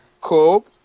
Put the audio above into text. Cool